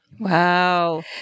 Wow